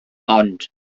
ond